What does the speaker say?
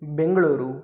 Bengaluru